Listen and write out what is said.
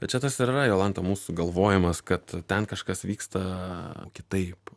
bet čia tas ir yra jolanta mūsų galvojimas kad ten kažkas vyksta kitaip